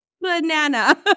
Banana